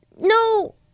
No